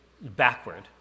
backward